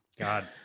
God